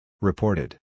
Reported